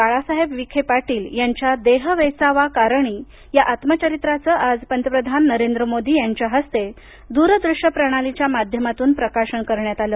बाळासाहेब विखे पाटील यांच्या देह वेचावा कारणी या आत्मचरित्राचं आज पंतप्रधान नरेंद्र मोदी यांच्या हस्ते दूरदृश्य प्रणालीच्या माध्यमातून प्रकाशन करण्यात आलं